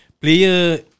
player